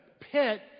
pit